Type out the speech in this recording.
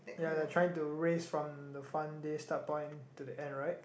ya they're trying to race from the front day start point to the end right